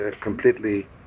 completely